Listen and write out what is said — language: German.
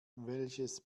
welches